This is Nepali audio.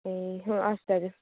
ए हवस् दाजु